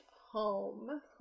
home